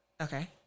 okay